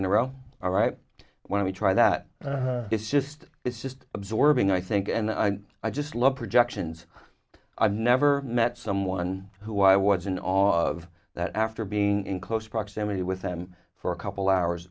in a row all right when we try that it's just it's just absorbing i think and i i just love projections i've never met someone who i was in awe of that after being in close proximity with them for a couple hours